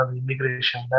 immigration